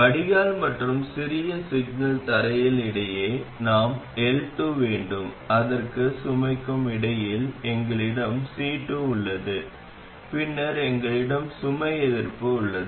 வடிகால் மற்றும் சிறிய சிக்னல் தரையில் இடையே நாம் L2 வேண்டும் அதற்கும் சுமைக்கும் இடையில் எங்களிடம் C2 உள்ளது பின்னர் எங்களிடம் சுமை எதிர்ப்பு உள்ளது